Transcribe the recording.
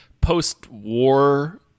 post-war